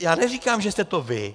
Já neříkám, že jste to vy.